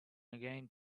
again